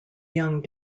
young